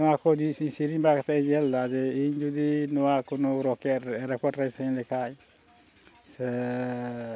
ᱱᱚᱣᱟ ᱠᱚ ᱡᱤᱱᱤᱥᱤᱧ ᱥᱮᱨᱮᱧ ᱵᱟᱲᱟ ᱠᱟᱛᱮᱫ ᱤᱧ ᱧᱮᱞᱫᱟ ᱡᱮ ᱤᱧ ᱡᱩᱫᱤ ᱱᱚᱣᱟ ᱠᱳᱱᱳ ᱨᱮᱠᱚᱨᱰ ᱨᱮᱧ ᱥᱮᱨᱮᱧ ᱞᱮᱠᱷᱟᱱ ᱥᱮ